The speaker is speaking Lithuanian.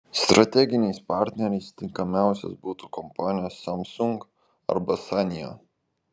strateginiais partneriais tinkamiausios būtų kompanijos samsung arba sanyo